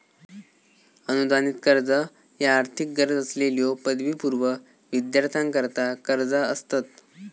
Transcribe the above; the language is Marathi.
अनुदानित कर्ज ह्या आर्थिक गरज असलेल्यो पदवीपूर्व विद्यार्थ्यांकरता कर्जा असतत